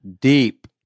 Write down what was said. deep